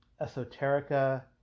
esoterica